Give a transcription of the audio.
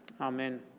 Amen